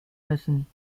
müssen